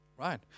Right